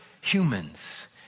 humans